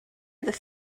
ydych